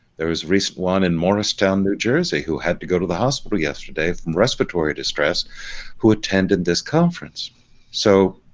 there is recent one in morristown new jersey who had to go to the hospital yesterday from respiratory distress who attended this conference so